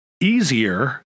easier